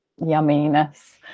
yumminess